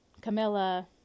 Camilla